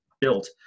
built